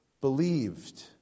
believed